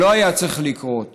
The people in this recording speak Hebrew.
שלא היה צריך לקרות